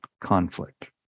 conflict